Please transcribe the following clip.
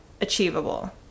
achievable